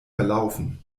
verlaufen